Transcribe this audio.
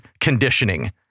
conditioning